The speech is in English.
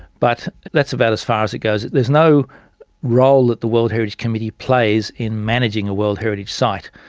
but that's about as far as it goes. there is no role that the world heritage committee plays in managing a world heritage site,